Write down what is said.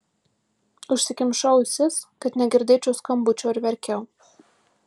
užsikimšau ausis kad negirdėčiau skambučio ir verkiau